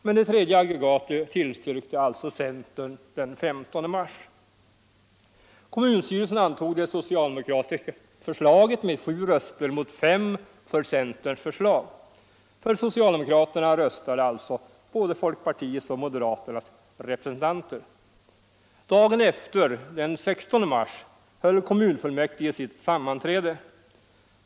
Men det tredje aggregatet tillstyrkte alltså centern: den 15 mars. Dagen efter, den 16 mars, höll kommunfullmäktige sitt sammanträde.